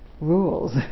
rules